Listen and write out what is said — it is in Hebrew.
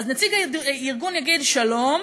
אז נציג הארגון יגיד: שלום,